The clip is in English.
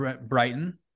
Brighton